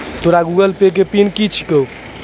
तोरो Google Pay के PIN कि छौं?